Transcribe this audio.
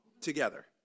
together